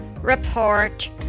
report